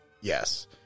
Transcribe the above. Yes